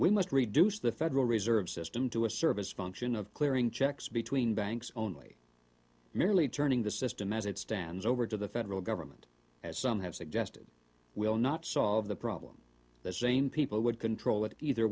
we must reduce the federal reserve system to a service function of clearing checks between banks only merely turning the system as it stands over to the federal government as some have suggested will not solve the problem the same people would control it either